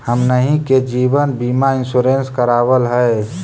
हमनहि के जिवन बिमा इंश्योरेंस करावल है?